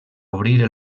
obrir